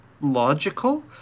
Logical